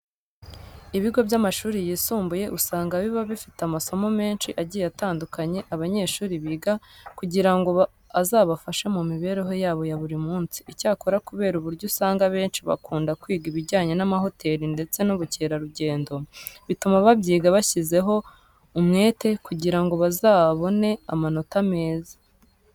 Ibigo by'amashuri yisumbuye usanga biba bifite amasomo menshi agiye atandukanye abanyeshuri biga kugira ngo azabafashe mu mibereho yabo ya buri munsi. Icyakora kubera uburyo usanga abenshi bakunda kwiga ibijyanye n'amahoteli ndetse n'ubukerarugendo, bituma babyiga bashyizeho umwete kugira ngo bazabone amanota meza.